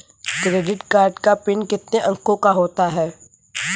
Credit card का PIN कितने अंकों का होता है?